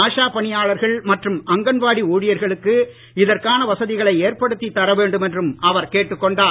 ஆஷா பணியாளர்கள் மற்றும் அங்கன்வாடி ஊழியர்களுக்கு இதற்கான வசதிகளை ஏற்படுத்தி தர வேண்டும் என்றும் அவர் கேட்டுக் கொண்டார்